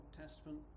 Testament